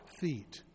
feet